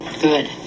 good